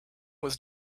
was